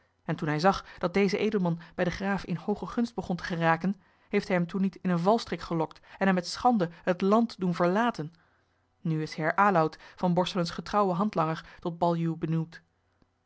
en toen hij zag dat deze edelman bij den graaf in hooge gunst begon te geraken heeft hij hem toen niet in een valstrik gelokt en hem met schande het land doen verlaten nu is heer aloud van borselen's getrouwe handlanger tot baljuw benoemd